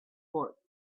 foot